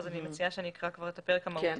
אז אני מציעה שנקרא כבר את הפרק המהותי.